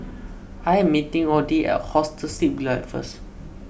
I am meeting Audie at Hostel Sleep Delight first